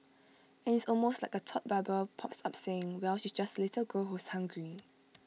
and it's almost like A thought bubble pops up saying eell she's just A little girl who's hungry